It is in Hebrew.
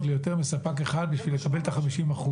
ליותר מספק אחד בשביל לקבל את ה-50%?